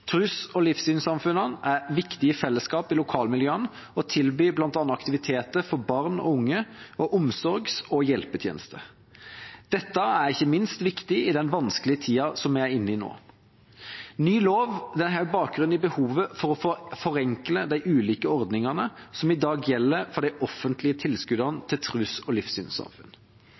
og livssynssamfunnene er viktige fellesskap i lokalmiljøene og tilbyr bl.a. aktiviteter for barn og unge og omsorgs- og hjelpetjenester. Dette er ikke minst viktig i den vanskelige tida som vi er inne i nå. Den nye loven har bakgrunn i behovet for å forenkle de ulike ordningene som i dag gjelder for de offentlige tilskuddene til tros- og livssynssamfunn.